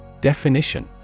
Definition